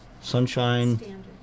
Sunshine